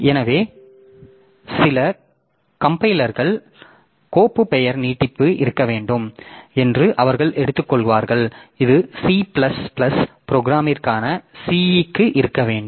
எனவே சில கம்பைலர்கள் கோப்பு பெயர் நீட்டிப்பு இருக்க வேண்டும் என்று அவர்கள் எடுத்துக்கொள்வார்கள் இது சி பிளஸ் பிளஸ் புரோகிராமிற்கான சி க்கு இருக்க வேண்டும்